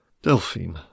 Delphine